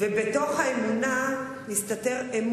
זאת הססמה של המפד"ל, יחד.